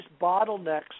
bottlenecks